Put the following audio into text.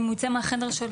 אם הוא ייצא מהחדר שלו.